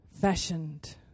fashioned